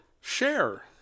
Share